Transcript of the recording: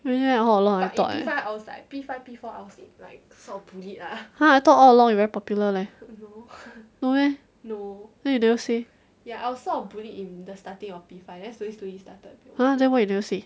really ah all along I thought eh ha I thought all along you very popular leh no meh then you never say ah then why you never say